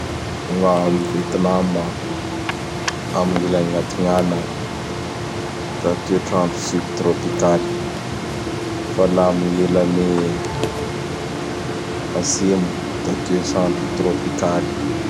Gna am Vietnam; amign'ilany atignana da toetr'andro Subtrôpikaly. Fa la amign'ilany atsimo da toets'andro trôpikaly.